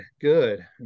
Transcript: good